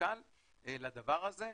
משקל על הדבר הזה.